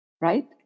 right